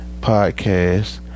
podcast